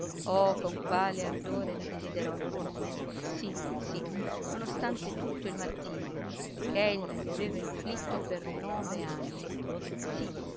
oh con quale ardore la desiderò in quel momento sì sì nonostante tutto il martirio che ella gli aveva inflitto per nove anni sì